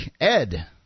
ed